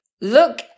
look